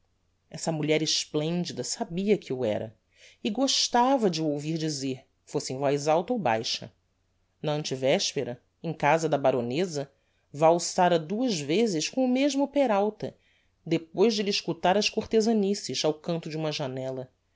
essa mulher esplendida sabia que o era e gostava de o ouvir dizer fosse em voz alta ou baixa na antevespera em casa da baroneza valsara duas vezes com o mesmo peralta depois de lhe escutar as cortezanices ao canto de uma janella